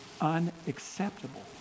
unacceptable